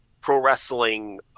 pro-wrestling